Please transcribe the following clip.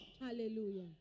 Hallelujah